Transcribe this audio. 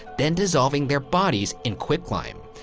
then dissolving their bodies in quick lime.